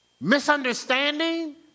Misunderstanding